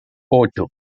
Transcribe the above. ocho